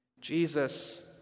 Jesus